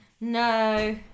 No